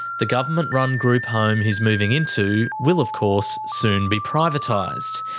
the government-run group home he's moving into will of course soon be privatised.